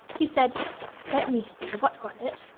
he said let me see, what was it?